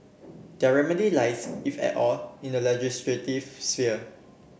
their remedy lies if at all in the legislative sphere